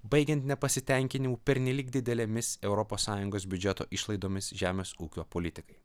baigiant nepasitenkinimu pernelyg didelėmis europos sąjungos biudžeto išlaidomis žemės ūkio politikai